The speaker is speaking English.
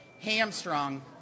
hamstrung